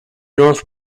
north